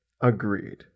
agreed